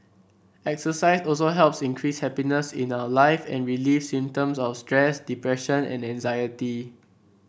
exercise also helps increase happiness in our life and relieve symptoms of stress depression and anxiety